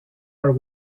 are